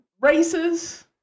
races